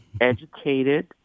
educated